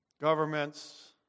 governments